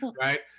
right